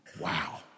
Wow